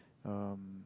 um